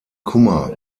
kummer